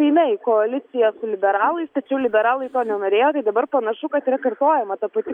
seime į koaliciją su liberalais tačiau liberalai to nenorėjo tai dabar panašu kad yra kartojama ta pati